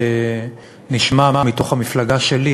שנשמע מתוך המפלגה שלי,